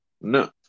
No